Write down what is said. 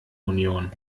union